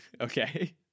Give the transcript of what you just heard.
Okay